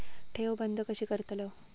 ठेव बंद कशी करतलव?